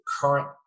current